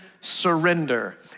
surrender